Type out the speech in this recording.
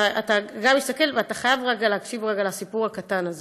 אתה חייב רגע להקשיב לסיפור הקטן הזה,